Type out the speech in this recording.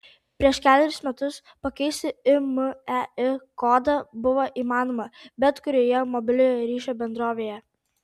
prieš kelerius metus pakeisti imei kodą buvo įmanoma bet kurioje mobiliojo ryšio bendrovėje